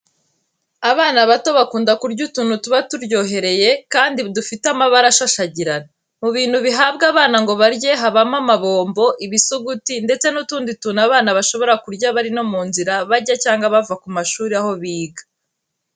Abana bato bakunda kurya utuntu tuba turyohereye kandi dufite amabara ashashagirana. Mu bintu bihabwa abana ngo barye habamo: amabombo, ibisuguti ndetse n'utundi tundu abana bashobora kurya bari no mu nzira bajya cyangwa bava ku mashuri aho biga.